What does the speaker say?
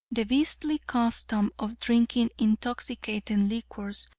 the beastly custom of drinking intoxicating liquors,